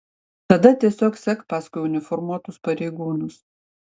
tada tiesiog sek paskui uniformuotus pareigūnus